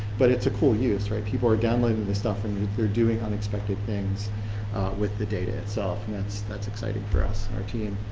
but it's a cool use. people are downloading this stuff and they are doing unexpected things with the data itself. and that's that's exciting for us and our team.